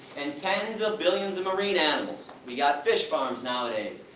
and tens of billions of marine animals. we got fish farms nowadays.